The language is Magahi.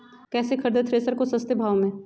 कैसे खरीदे थ्रेसर को सस्ते भाव में?